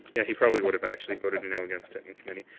yeah he probably would have actually voted no against it in committee.